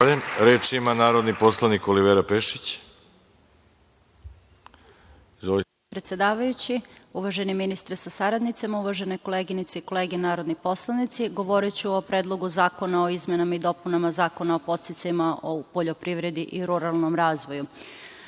ima narodni poslanik Olivera Pešić. **Olivera Pešić** Zahvaljujem predsedavajući. Uvaženi ministre sa saradnicima, uvažene koleginice i kolege narodni poslanici, govoriću o Predlogu zakona o izmenama i dopunama Zakona o podsticajima u poljoprivredi i ruralnom razvoju. Prema